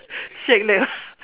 shake leg ah